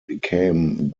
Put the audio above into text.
became